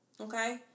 okay